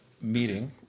meeting